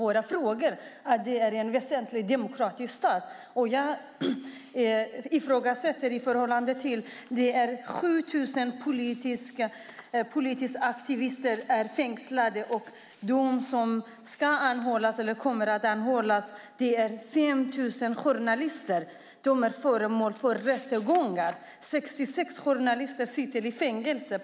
Jag ifrågasätter dock detta i förhållande till att 7 000 politiska aktivister är fängslade eller kommer att anhållas. Det är 5 000 journalister som är föremål för rättegångar, och 66 journalister sitter i fängelse.